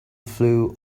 flew